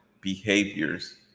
behaviors